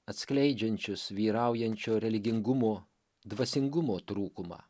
atskleidžiančius vyraujančio religingumo dvasingumo trūkumą